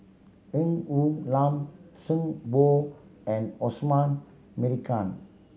Ng Woon Lam Zhang Bohe and Osman Merican